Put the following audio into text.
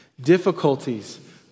Difficulties